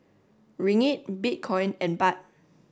Ringgit Bitcoin and Baht